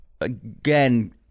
again